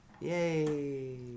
yay